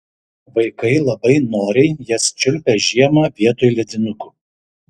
vaikai labai noriai jas čiulpia žiemą vietoj ledinukų